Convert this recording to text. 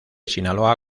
sinaloa